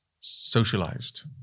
socialized